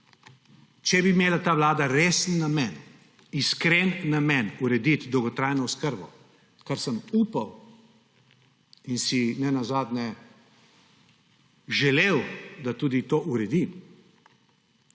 Če bi imela ta vlada resen namen, iskren namen, urediti dolgotrajno oskrbo, kar sem upal in si nenazadnje želel, da tudi to uredi,